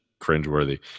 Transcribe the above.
cringeworthy